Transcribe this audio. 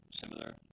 similar